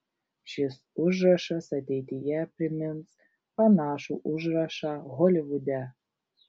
šis užrašas ateityje primins panašų užrašą holivude